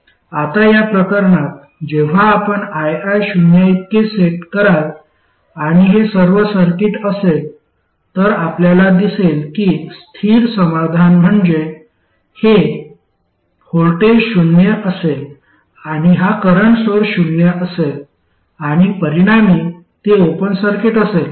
आता या प्रकरणात जेव्हा आपण ii शून्याइतके सेट कराल आणि हे सर्व सर्किट असेल तर आपल्याला दिसेल की स्थिर समाधान म्हणजे हे व्होल्टेज शून्य असेल आणि हा करंट सोर्स शून्य असेल आणि परिणामी ते ओपन सर्किट असेल